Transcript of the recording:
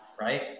right